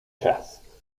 chess